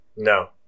No